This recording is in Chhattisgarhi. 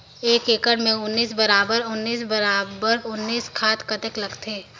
एक एकड़ मे उन्नीस बराबर उन्नीस बराबर उन्नीस खाद कतेक लगथे?